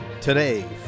Today